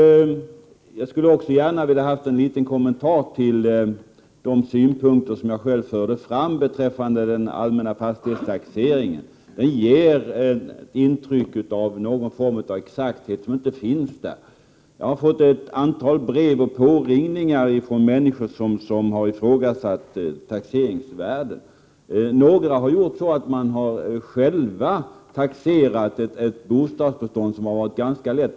30 maj 1989 Jag skulle också vilja ha en liten kommentar till de synpunkter som jag framförde beträffande den allmänna fastighetstaxeringen. Den ger ett intryck av en exakthet som inte finns. Jag har fått ett antal brev och påringningar från människor som har ifrågasatt taxeringsvärdet. Några har själva taxerat ett bostadsbestånd som har varit ganska enkelt.